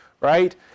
right